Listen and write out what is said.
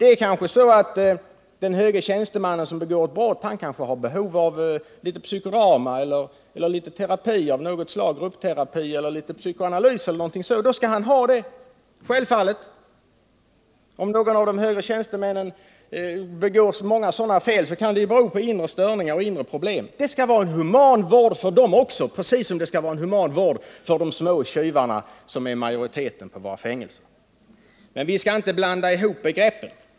Det är kanske så att den högre tjänsteman som begår ett brott är i behov av behandling i form av psykodrama, gruppterapi, psykoanalys eller något sådant, och då skall han självfallet ha det. Om någon av de högre tjänstemännen begår många sådana fel kan det ju bero på inre störningar och inre problem, och vederbörande skall då ha en human vård precis som de små tjuvarna som ju utgör majoriteten i våra fängelser. Men vi skall inte blanda ihop begreppen.